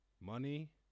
Money